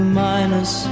minus